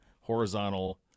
horizontal